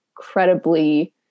incredibly